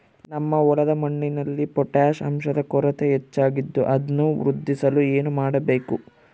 ನಮ್ಮ ಹೊಲದ ಮಣ್ಣಿನಲ್ಲಿ ಪೊಟ್ಯಾಷ್ ಅಂಶದ ಕೊರತೆ ಹೆಚ್ಚಾಗಿದ್ದು ಅದನ್ನು ವೃದ್ಧಿಸಲು ಏನು ಮಾಡಬೇಕು?